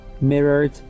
mirrored